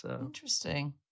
Interesting